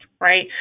right